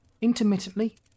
Intermittently